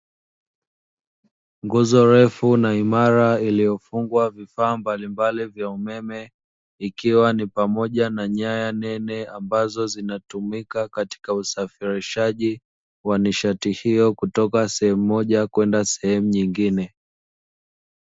Nguzo refu na imara iliyofungwa vifaa mbalimbali vya umeme ikiwa ni pamoja na nyaya nene ambazo zinatumika katika usafirishaji wa nishati hiyo kutoka sehemu moja kwenda sehemu nyingine.